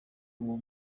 ubu